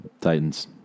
Titans